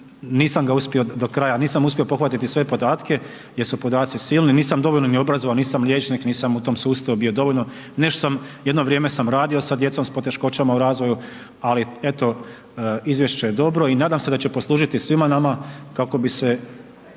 nisam ga uspio do kraja, nisam uspio pohvatati sve podatke jer su podaci silni, nisam dovoljno ni obrazovan, nisam liječnik, nisam u tom sustavu bio dovoljno. Nešto sam, jedno vrijeme sam radio sa djecom sa poteškoćama u razvoju, ali eto, izvješće je dobro i nadam se da će poslužiti svima nama kako bi se